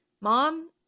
Mom